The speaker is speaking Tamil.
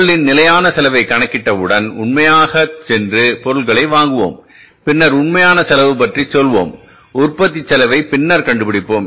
பொருளின் நிலையான செலவைக் கணக்கிட்டவுடன் உண்மையாக சென்று பொருளை வாங்குவோம் பின்னர் உண்மையான செலவைப் பற்றி சொல்வோம் உற்பத்திக்குச் செலவை பின்னர் கண்டுபிடிப்போம்